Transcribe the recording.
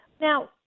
Now